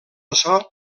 açò